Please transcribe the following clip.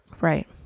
Right